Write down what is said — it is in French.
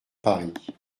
paris